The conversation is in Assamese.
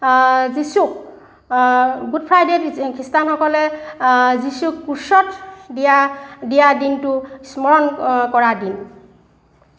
যিছুক গুড ফ্ৰাইডে খ্ৰীষ্টানসকলে যিচুক ক্ৰোছত দিয়া দিয়া দিনটোক স্মৰণ কৰা দিন